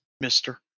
mister